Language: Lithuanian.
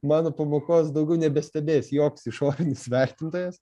mano pamokos daugiau nebestebės joks išorinis vertintojas